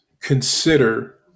consider